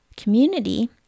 Community